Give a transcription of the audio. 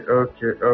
okay